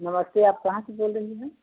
नमस्ते आप कहाँ से बोल रही हैं मेम